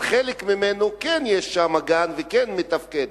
אבל חלק ממנו כן, יש שם גן והוא כן מתפקד.